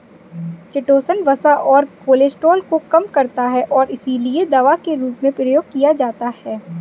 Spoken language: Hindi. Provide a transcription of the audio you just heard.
चिटोसन वसा और कोलेस्ट्रॉल को कम करता है और इसीलिए दवा के रूप में प्रयोग किया जाता है